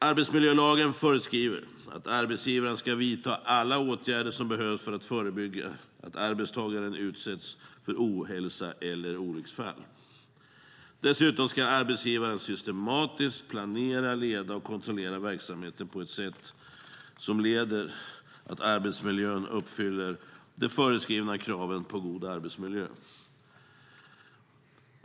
Arbetsmiljölagen föreskriver att arbetsgivaren ska vidta alla åtgärder som behövs för att förebygga att arbetstagaren utsätts för ohälsa eller olycksfall. Dessutom ska arbetsgivaren systematiskt planera, leda och kontrollera verksamheten på ett sätt som leder till att arbetsmiljön uppfyller de föreskrivna kraven på god arbetsmiljö.